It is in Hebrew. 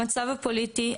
המצב הפוליטי,